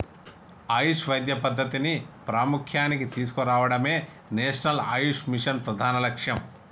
ఆయుష్ వైద్య పద్ధతిని ప్రాముఖ్య్యానికి తీసుకురావడమే నేషనల్ ఆయుష్ మిషన్ ప్రధాన లక్ష్యం